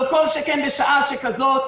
לא כל שכן בשעה שכזאת,